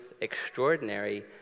extraordinary